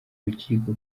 rukiko